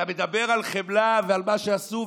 אתה מדבר על חמלה ועל מה שעשו,